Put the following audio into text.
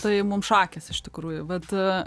tai mum šakės iš tikrųjų bet